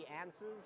answers